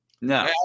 No